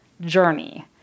journey